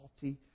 faulty